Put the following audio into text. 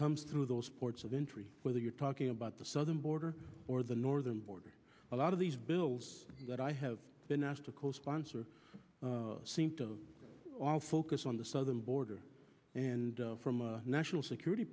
comes through those ports of entry whether you're talking about the southern border or the northern border a lot of these bills that i have been asked to co sponsor seem to all focus on the southern border and from a national security